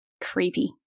Creepy